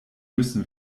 müssen